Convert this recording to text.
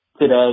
today